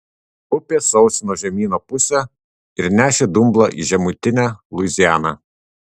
upė sausino žemyno pusę ir nešė dumblą į žemutinę luizianą